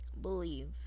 believe